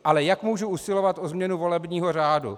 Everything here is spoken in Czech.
Ale jak můžu usilovat o změnu volebního řádu?